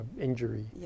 injury